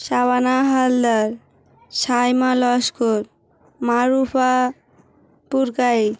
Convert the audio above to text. Shabana Haldar Saima Laskar Marufa Purkait